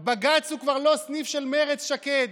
בג"ץ הוא כבר לא סניף של מרצ, שקד,